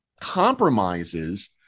compromises